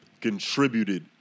contributed